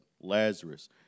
Lazarus